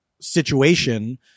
situation